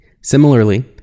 similarly